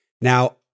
Now